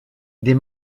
des